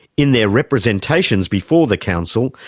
in their representations before the council,